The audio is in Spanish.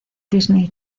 disney